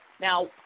now